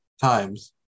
times